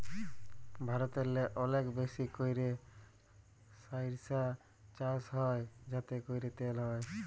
ভারতেল্লে অলেক বেশি ক্যইরে সইরসা চাষ হ্যয় যাতে ক্যইরে তেল হ্যয়